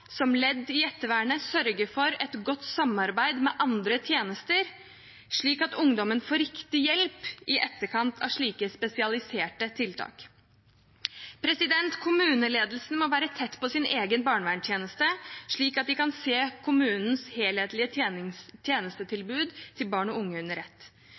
som ledd i ettervernet sørge for et godt samarbeid med andre tjenester, slik at ungdommene får riktig hjelp i etterkant av slike spesialiserte tiltak. Kommuneledelsen må være tett på sin egen barnevernstjeneste, slik at de kan se kommunens helhetlige tjenestetilbud til barn og unge under ett.